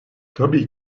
tabii